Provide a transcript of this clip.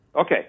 Okay